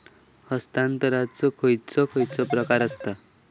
हस्तांतराचे खयचे खयचे प्रकार आसत?